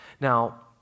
Now